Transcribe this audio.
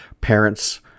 parents